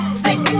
stink